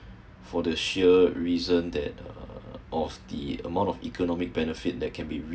for the sure reason that uh of the amount of economic benefit that they can be re~